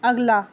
अगला